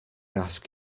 ask